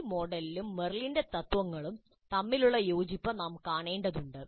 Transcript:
ഈ മോഡലും മെറിലിന്റെ തത്ത്വങ്ങളും തമ്മിലുള്ള ഈ യോജിപ്പ് നാം കാണേണ്ടതുണ്ട്